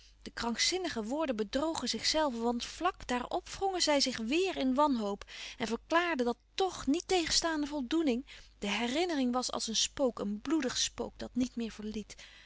de krankzinnige woorden bedrogen zichzelve want vlak daar op wrongen zij zich weêr in wanhoop en verklaarden dat tch niettegenstaande voldoening de herinnering was als een spook een bloedig spook dat niet meer verliet